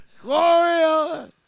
Gloria